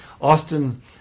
Austin